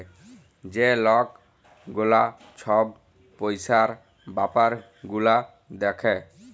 যে লক গুলা ছব পইসার ব্যাপার গুলা দ্যাখে